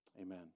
Amen